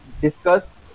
discuss